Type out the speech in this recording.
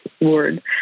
word